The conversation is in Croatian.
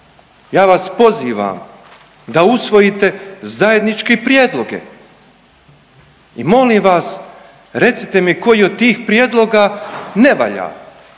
ja vas pozivam da usvojite zajednički prijedloge i molim vas recite koji od tih prijedloga ne valja,